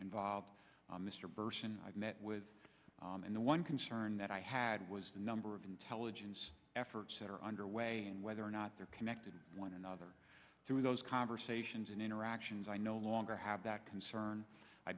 involved mr bersin i've met with and the one concern that i had was the number of intelligence efforts that are underway and whether or not they're connected to one another through those conversations and interactions i no longer have that concern i